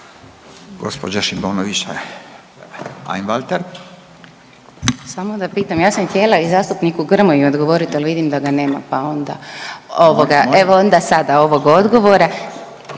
Gospođa Šimonović Einwalter.